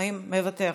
מוותר,